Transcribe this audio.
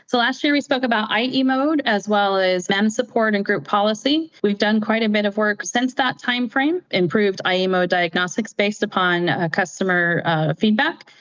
so last year, we spoke about ie mode as well as mem support and group policy. we've done quite a bit of work since that time frame, improved ie mode diagnostics based upon customer feedback,